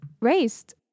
raised